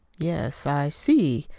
yes, i see.